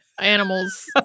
animals